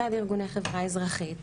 מצד ארגוני חברה אזרחית,